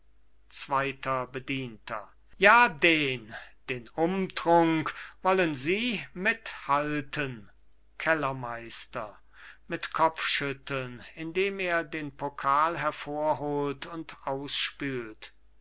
zweiter bedienter ja den den umtrunk wollen sie mit halten kellermeister mit kopfschütteln indem er den pokal hervorholt und ausspült